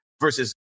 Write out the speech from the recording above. versus